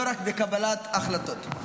לא רק קבלת החלטות.